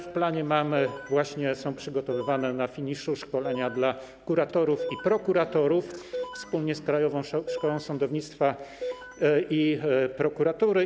W planie mamy - właśnie są przygotowywane i prace są na finiszu - szkolenia dla kuratorów i prokuratorów wspólnie z Krajową Szkołą Sądownictwa i Prokuratury.